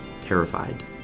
terrified